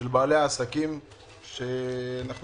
של בעלי העסקים שקורסים.